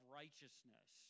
righteousness